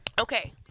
Okay